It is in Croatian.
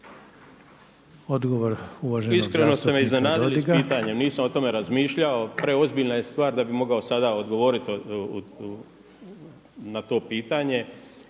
Odgovor uvaženog zastupnika Dogiga. **Dodig, Goran (HDS)** Iskreno ste me iznenadili sa pitanjem, nisam o tome razmišljao. Preozbiljna je stvar da bih mogao sada odgovoriti na to pitanje.